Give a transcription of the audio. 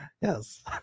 yes